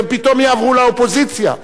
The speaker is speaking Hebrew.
שהם פתאום יעברו לאופוזיציה.